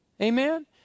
Amen